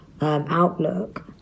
outlook